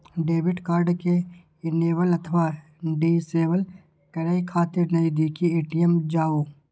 debit card कें enable अथवा disable करै खातिर नजदीकी ए.टी.एम जाउ